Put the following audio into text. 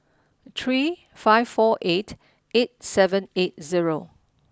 three five four eight eight seven eight zero